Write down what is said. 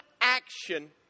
action